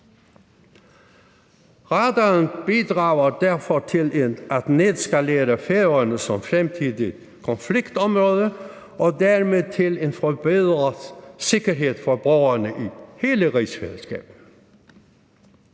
Radaren bidrager derfor til at nedskalere Færøerne som fremtidigt konfliktområde og dermed til en forbedret sikkerhed for borgerne i hele rigsfællesskabet.